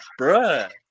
bruh